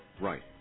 Right